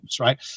right